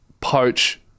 poach